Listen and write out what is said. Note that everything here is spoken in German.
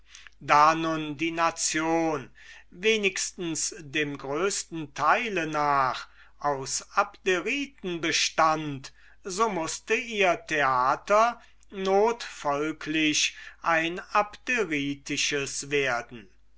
da nun die nation wenigstens dem größten teile nach aus abderiten bestund so mußte ihr theater notfolglich ein abderitisches werden